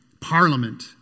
parliament